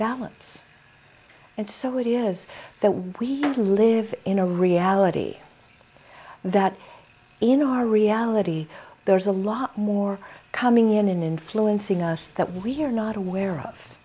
balance and so it is that we live in a reality that in our reality there is a lot more coming in and influencing us that we are not aware of